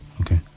Okay